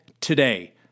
today